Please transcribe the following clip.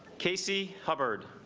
casey hubbard